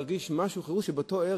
ככל שהמדינה תעשה פחות את תפקידה,